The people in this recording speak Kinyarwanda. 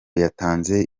yatanze